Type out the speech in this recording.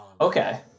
Okay